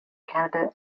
canada